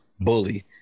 BULLY